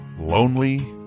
lonely